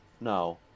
No